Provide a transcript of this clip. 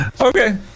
Okay